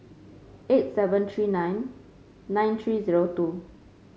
eight seven three nine nine three zero two